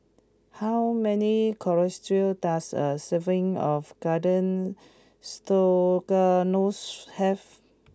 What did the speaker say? how many calories does a serving of Garden Stroganoff have